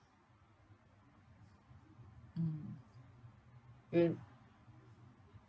mm and